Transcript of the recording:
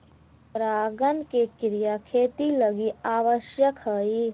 परागण के क्रिया खेती लगी आवश्यक हइ